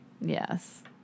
Yes